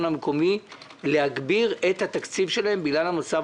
המקומי להגדיל את התקציב שהם נותנים בגלל המצב